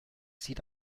sieht